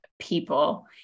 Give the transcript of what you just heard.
people